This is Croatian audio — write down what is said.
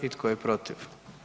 I tko je protiv?